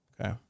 Okay